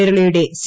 കേരളയുടെ സി